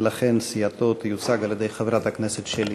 ולכן סיעתו תיוצג על-ידי חברת הכנסת שלי